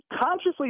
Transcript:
consciously